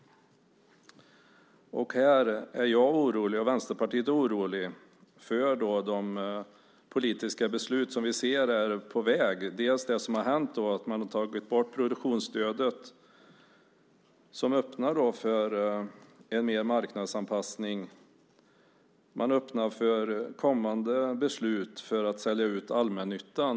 Här är jag och Vänsterpartiet oroliga för de politiska beslut som vi ser är på väg. Det är bland annat det som har hänt genom att man har tagit bort produktionsstödet, som öppnar för mer marknadsanpassning. Man öppnar för kommande beslut om att sälja ut allmännyttan.